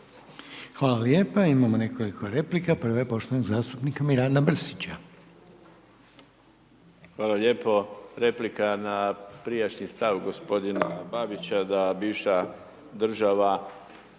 Hvala lijepa. Imamo nekoliko replika. Prva je poštovanog zastupnika Miranda Mrsića. **Mrsić, Mirando (Demokrati)** Hvala lijepo. Replika na prijašnji stav gospodina Babića da bivša država